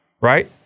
Right